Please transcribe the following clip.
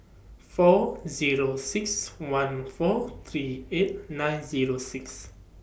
four Zero six one four three eight nine Zero six